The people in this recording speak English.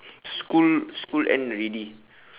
school school end already